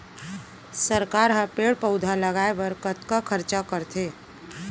सरकार ह पेड़ पउधा लगाय बर कतका खरचा करथे